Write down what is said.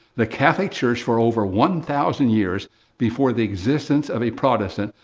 the catholic church, for over one thousand years before the existence of a protestant,